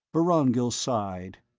vorongil sighed.